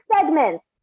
segments